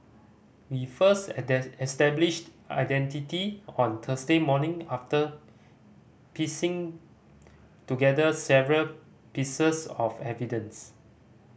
we first established identity on Thursday morning after piecing together several pieces of evidence